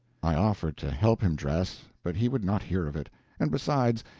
i offered to help him dress, but he would not hear of it and besides,